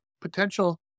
potential